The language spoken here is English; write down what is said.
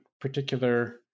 particular